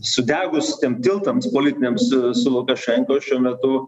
sudegus tiem tiltams politiniams su lukašenko šiuo metu